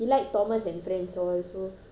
go and make like company all